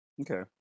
Okay